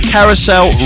Carousel